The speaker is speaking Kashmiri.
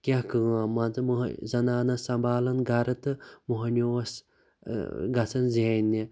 کیٚنٛہہ کٲم مان ژٕ زَنانَس سَمبالُن گَرٕ تہٕ مۅہنِیٛوٗ اوس گَژھان زیننہِ